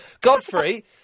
Godfrey